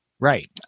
Right